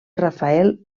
rafael